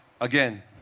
Again